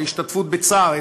את ההשתתפות בצער,